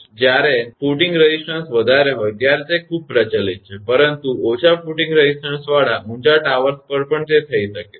તેથી જ્યારે footing resistance વધારે હોય ત્યારે તે ખૂબ પ્રચલિત છે પરંતુ ઓછા ફુટિંગ રેઝિસ્ટન્સવાળા ઊંચા ટાવર્સ પર પણ થઈ શકે છે